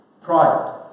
pride